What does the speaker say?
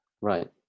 Right